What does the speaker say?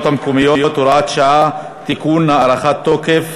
המקומיות (הוראת שעה) (תיקון) (הארכת תוקף),